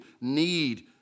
need